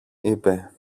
είπε